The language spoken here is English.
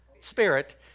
Spirit